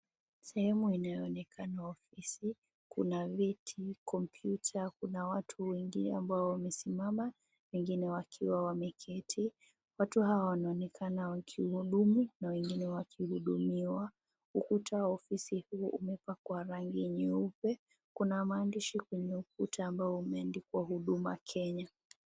Sehemu inaonekana ni ofisi kuna viti, kompyuta, kuna watu wengi ambao wamesimama wengine wakiwa wameketi. Watu hawa wanaonekana wakiwa wakihudumu na wengine wakihudumiwa. Ukuta ofisi huu umepakwa rangi nyeupe, kuna maandishi kwenye ukuta ambao umeandikwa Huduma Kenya